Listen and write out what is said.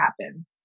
happen